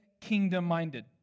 kingdom-minded